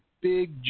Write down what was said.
big